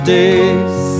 days